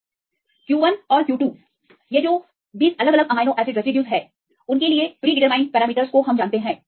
तो q1 और q2 हम 20 अलग अलग अमीनो एसिड रेसिड्यूज के लिए पूर्व निर्धारित पैरामीटर्स को जानते हैं